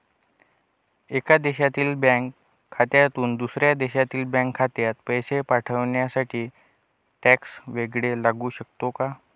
एका देशातील बँक खात्यातून दुसऱ्या देशातील बँक खात्यात पैसे पाठवण्यासाठी टॅक्स वैगरे लागू शकतो का?